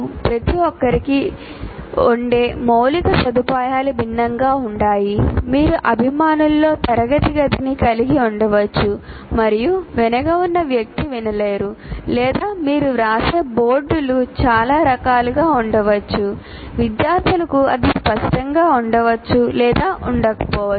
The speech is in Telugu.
ప్రతి ఒక్కరికి ఉండే మౌలిక సదుపాయాలు భిన్నంగా ఉంటాయి మీరు అభిమానులతో తరగతి గదిని కలిగి ఉండవచ్చు మరియు వెనక ఉన్న వ్యక్తి వినలేరు లేదా మీరు వ్రాసే బోర్డులు చాల రకాలు ఉండవచ్చు విద్యార్థులకు అది స్పష్టంగా ఉండవచ్చు లేదా ఉండకపోవచ్చు